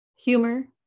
Humor